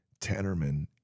Tannerman